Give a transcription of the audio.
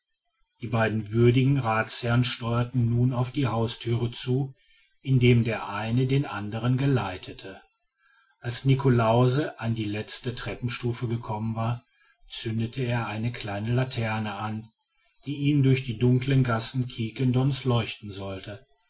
die beiden würdigen rathsherren steuerten nun auf die hausthüre zu indem der eine den anderen geleitete als niklausse an die letzte treppenstufe gekommen war zündete er eine kleine laterne an die ihm durch die dunkeln gassen quiquendone's leuchten sollte